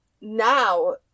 now